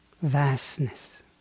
Vastness